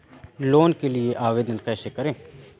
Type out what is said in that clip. Loan के लिए आवेदन कैसे करें?